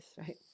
right